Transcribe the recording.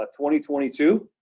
2022